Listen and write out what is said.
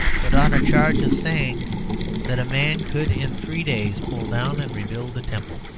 but on a charge of saying that a man could in three days pull down and rebuild the temple.